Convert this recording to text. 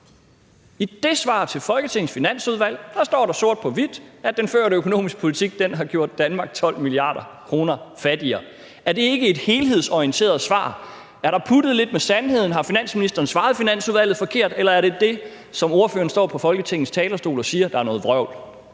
i det svar til Folketingets Finansudvalg står der sort på hvidt, at den førte økonomiske politik har gjort Danmark 12 mia. kr. fattigere. Er det ikke et helhedsorienteret svar? Er der puttet lidt med sandheden? Har finansministeren svaret Finansudvalget forkert, eller er det det, som ordføreren står på Folketingets talerstol og siger, der er noget vrøvl?